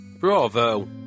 Bravo